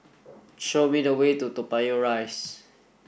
show me the way to Toa Payoh Rise